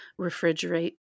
refrigerate